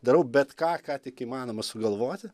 darau bet ką ką tik įmanoma sugalvoti